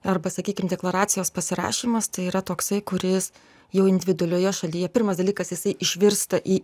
arba sakykim deklaracijos pasirašymas tai yra toksai kuris jau individualioje šalyje pirmas dalykas jisai išvirsta į